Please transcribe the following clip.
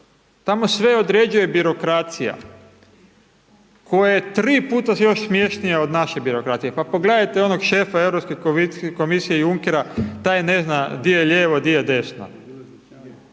tamo sve određuje birokracija koja je 3 puta još smješnija od naše birokracije. Pa pogledajte onog šefa Europske komisije, Junkera, taj ne zna di je ljevo, di je desno.